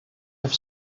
have